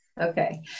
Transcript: Okay